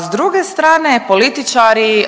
S druge strane, političari